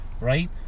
right